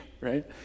right